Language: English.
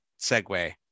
segue